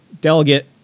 delegate